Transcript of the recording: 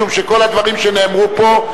משום שכל הדברים שנאמרו פה,